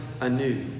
anew